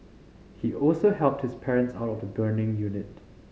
he also helped his parents out of the burning unit